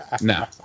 No